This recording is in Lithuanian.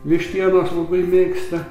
vištienos labai mėgsta